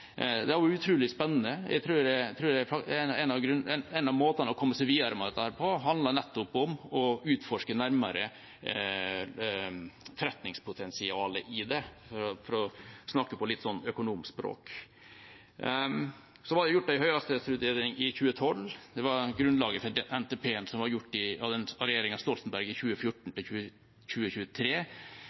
Det hadde vært utrolig spennende. Jeg tror at en av måtene å komme seg videre med dette på, nettopp handler om å utforske nærmere forretningspotensialet i det, for å snakke på litt økonomspråk. Så ble det gjort en høyhastighetsvurdering i 2012. Den var grunnlaget for NTP-en for 2014–2023, som ble gjort av Stoltenberg-regjeringen. Nå står vi med en NTP for 2022–2033. Jeg tror realismen har kommet inn over oss. Kostnadsnivået, muligheten til